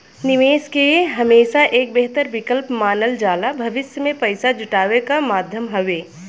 निवेश के हमेशा एक बेहतर विकल्प मानल जाला भविष्य में पैसा जुटावे क माध्यम हउवे